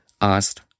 asked